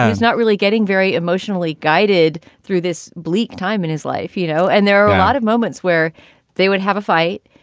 it's not really getting very emotionally guided through this bleak time in his life, you know, and there are a lot of moments where they would have a fight.